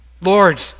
Lord